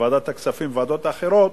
בוועדת הכספים ובוועדות אחרות,